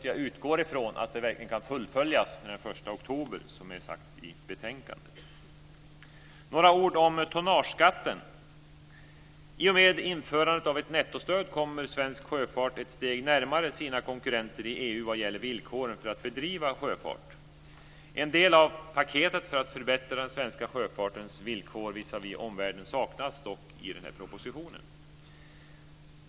Jag utgår från att det verkligen kan fullföljas från den 1 oktober, som sägs i betänkandet. Jag ska säga några ord om tonnageskatten. I och med införandet av ett nettostöd kommer svensk sjöfart ett steg närmare sina konkurrenter i EU vad gäller villkoren för att bedriva sjöfart. En del av paketet för att förbättra den svenska sjöfartens villkor visavi omvärlden saknas dock i den här propositionen.